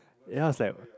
yeah I was like